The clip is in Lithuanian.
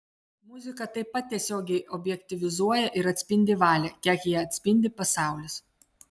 muzika taip pat tiesiogiai objektyvizuoja ir atspindi valią kiek ją atspindi pasaulis